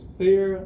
fear